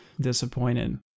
disappointed